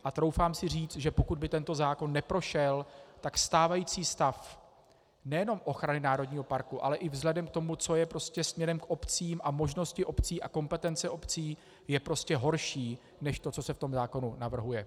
A troufám si říct, že pokud by tento zákon neprošel, tak stávající stav nejenom ochrany národního parku, ale i vzhledem k tomu, co je směrem k obcím a možnosti obcí a kompetence obcí, je prostě horší než to, co se v tom zákonu navrhuji.